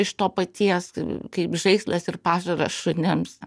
iš to paties kaip žaislas ir pašaras šunims